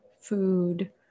food